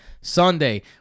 Sunday